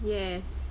yes